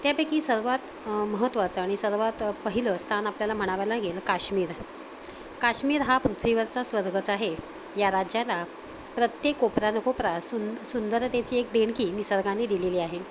त्यापैकी सर्वात महत्वाचं आणि सर्वात पहिलं स्थान आपल्याला म्हणावं लागेल काश्मीर काश्मीर हा पृथ्वीवरचा स्वर्गच आहे या राज्याला प्रत्येक कोपरान् कोपरा सुंद सुंदरतेची एक देणगी निसर्गानी दिलेली आहे